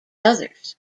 others